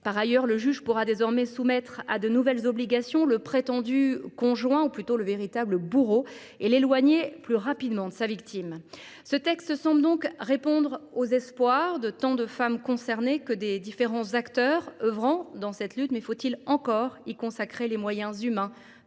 Par ailleurs, le juge pourra désormais soumettre à de nouvelles obligations le prétendu conjoint – disons plutôt « le véritable bourreau »– et l’éloigner plus rapidement de sa victime. Ce texte semble donc répondre aux espoirs tant des femmes concernées que des différents acteurs œuvrant dans cette lutte ; encore faut il consacrer à son application les moyens humains